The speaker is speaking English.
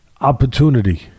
opportunity